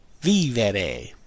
Vivere